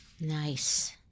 Nice